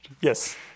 Yes